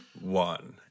one